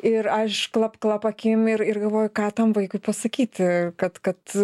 ir aš klap klap akim ir ir galvoju ką tam vaikui pasakyti kad kad